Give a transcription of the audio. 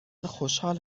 خوشحال